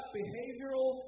behavioral